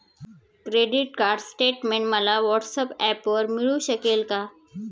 Credit card statement मला व्हॉट्सऍपवर मिळू शकेल का?